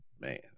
Man